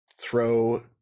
throw